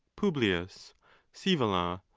publius scaevola,